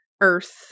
Earth